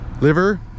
Liver